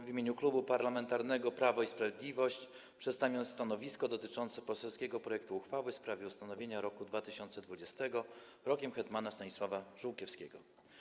W imieniu Klubu Parlamentarnego Prawo i Sprawiedliwość przedstawiam stanowisko dotyczące poselskiego projektu uchwały w sprawie ustanowienia roku 2020 Rokiem Hetmana Stanisława Żółkiewskiego.